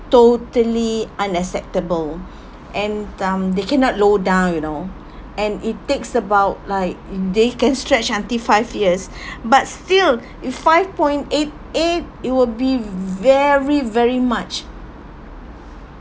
totally unacceptable and um they cannot low down you know and it takes about like in they can stretch until five years but still you five point eight eight it will be very very much